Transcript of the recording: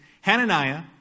Hananiah